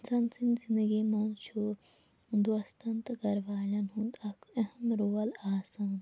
اِنسان سٕنٛدۍ زِندگی منٛز چھُ دوستَن تہٕ گھرٕ والیٚن ہُنٛد اَکھ اہم رول آسان